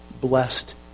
blessed